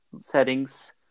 settings